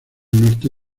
norte